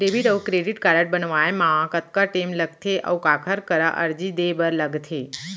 Debit अऊ credit card बनवाए मा कतका टेम लगथे, अऊ काखर करा अर्जी दे बर लगथे?